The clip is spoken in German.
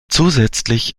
zusätzlich